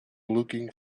looking